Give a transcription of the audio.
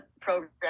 program